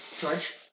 George